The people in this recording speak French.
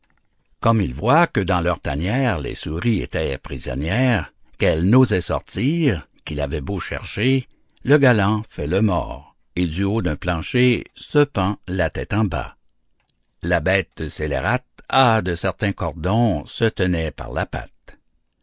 comme il voit que dans leurs tanières les souris étaient prisonnières qu'elles n'osaient sortir qu'il avait beau chercher le galant fait le mort et du haut d'un plancher se pend la tête en bas la bête scélérate à de certains cordons se tenait par la patte